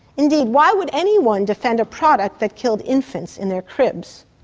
indeed, why would anyone defend a product that killed infants in their cribs?